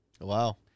Wow